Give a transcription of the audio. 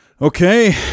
Okay